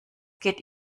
geht